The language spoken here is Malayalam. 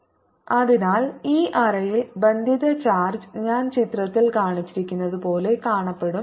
r Pcosθ അതിനാൽ ഈ അറയിൽ ബന്ധിത ചാർജ് ഞാൻ ചിത്രത്തിൽ കാണിച്ചിരിക്കുന്നതുപോലെ കാണപ്പെടും